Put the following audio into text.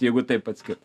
jeigu taip atskirt